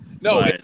No